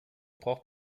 braucht